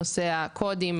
נושא הקודים,